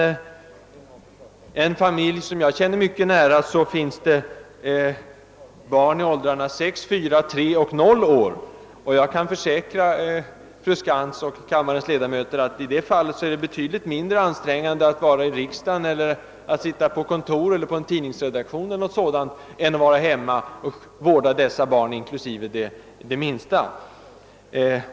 I en familj som jag känner mycket nära finns det barn i åldrarna sex, fyra, tre och noll år, och jag kan försäkra fru Skantz och kammarens övriga ledamöter att det är betydligt mindre ansträngande att exempelvis vara i riksdagen, på ett kontor eller på en tidningsredaktion, än att vara hemma och vårda dessa barn, inklusive det minsta.